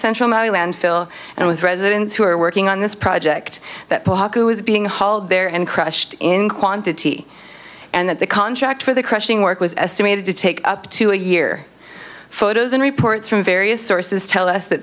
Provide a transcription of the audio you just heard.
central maui landfill and with residents who are working on this project that baku is being hauled there and crushed in quantity and that the contract for the crushing work was estimated to take up to a year photos and reports from various sources tell us that